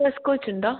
butter സ്കോച്ചുണ്ടോ